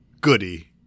goody